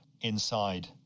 inside